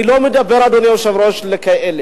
אני לא מדבר, אדוני היושב-ראש, על כאלה.